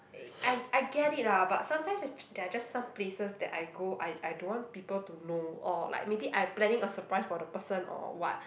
I I I get it lah but sometimes j~ there are just some places that I go I I don't want people to know or like maybe I planning a surprise for the person or what